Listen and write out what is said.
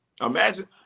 Imagine